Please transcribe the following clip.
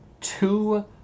two